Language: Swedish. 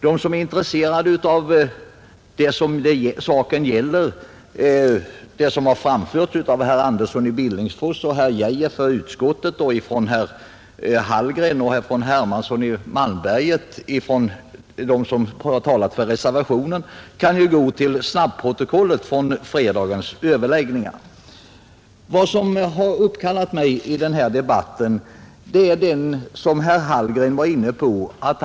De som är intresserade av saken och det som har framförts av herrar Andersson i Billingsfors och Geijer i Stockholm från utskottsmajoriteten och av herrar Hallgren och Hermansson i Malmberget för reservationen kan ju gå till snabbprotokollet från fredagens överläggningar. Vad som uppkallade mig i den här debatten var ett par yttranden av herr Hallgren.